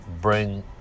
bring